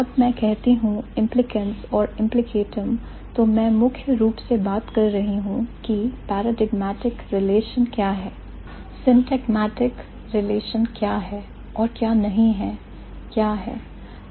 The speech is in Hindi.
जब मैं कहती हूं implicants और implicatum तो मैं मुख्य रूप से बात कर रही हूं की paradigmatic relation क्या है syntagmatic relation क्या है और क्या नहीं है क्या है